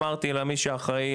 אמרתי למי שאחראי,